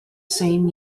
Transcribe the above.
same